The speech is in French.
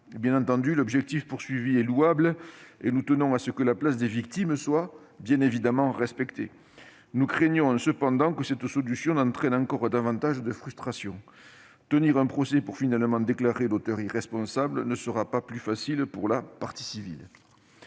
Bien entendu, l'objectif est louable et nous tenons à ce que la place des victimes soit respectée. Toutefois, nous craignons que cette solution n'entraîne encore davantage de frustration : tenir un procès pour finalement déclarer l'auteur irresponsable ne sera pas plus facile pour la partie civile.